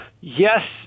yes